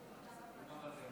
הכנסת,